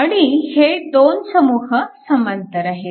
आणि हे दोन समूह समांतर आहेत